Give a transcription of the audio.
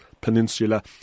Peninsula